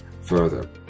further